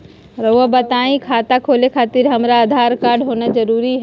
रउआ बताई खाता खोले खातिर हमरा आधार कार्ड होना जरूरी है?